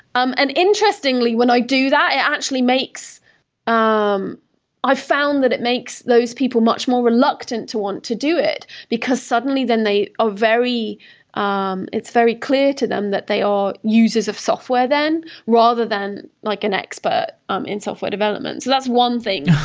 um interestingly, when i do that, it actually makes um i found that it makes those people much more reluctant to want to do it, because, suddenly then they are very um it's very clear to them that they are users of software then rather than like an expert um in software development. that's one thing